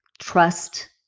trust